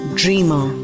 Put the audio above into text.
dreamer